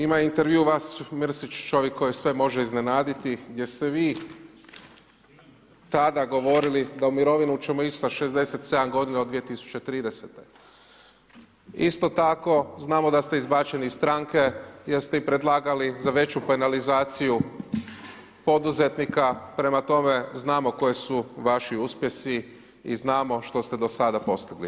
Ima intervju vas Mrsić, čovjek koji sve može iznenaditi gdje ste vi tada govorili da u mirovinu ćemo ići sa 67 g. od 2030., isto tako znamo da ste izbačeni iz stranke jer ste i predlagali za veću penalizaciju poduzetnika prema tome, znamo koje su vašu uspjesi i znamo što ste do sada postigli.